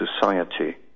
society